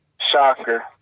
Shocker